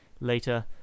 later